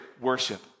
worship